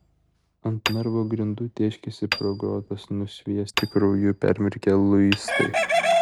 ant narvo grindų tėškėsi pro grotas nusviesti krauju permirkę luistai